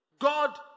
God